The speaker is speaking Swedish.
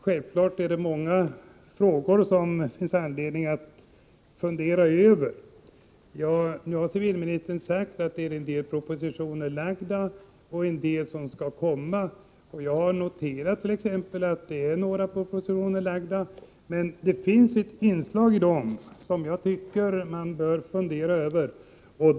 Självfallet finns det anledning att fundera över många frågor. Civilministern säger att en del propositioner är framlagda och att andra skall framläggas. Jag noterar att några propositioner har framlagts, men det finns ett inslag i dem som jag anser att man bör fundera över.